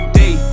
day